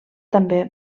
també